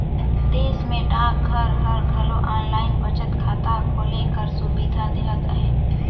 देस में डाकघर हर घलो आनलाईन बचत खाता खोले कर सुबिधा देहत अहे